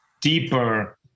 deeper